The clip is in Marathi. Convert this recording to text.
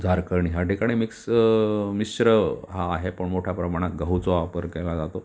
झारखंड ह्याठिकाणी मिक्स मिश्र हा आहे पण मोठ्या प्रमाणात गहूचा वापर केला जातो